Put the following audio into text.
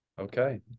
okay